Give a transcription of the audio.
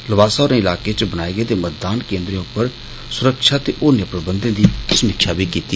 लवासा होर्रे इलाके च बनाए गेदे मतदान केन्द्रें उप्पर सुरक्षा दे होरने प्रबंधें दी समीक्षा बी कीती